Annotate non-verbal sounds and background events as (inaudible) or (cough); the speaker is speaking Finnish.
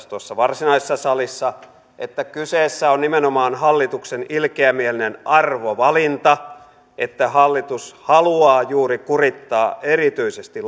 (unintelligible) tuossa varsinaisessa salissa että kyseessä on nimenomaan hallituksen ilkeämielinen arvovalinta että hallitus haluaa juuri kurittaa erityisesti (unintelligible)